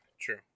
True